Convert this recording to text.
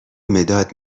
مداد